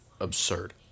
Absurd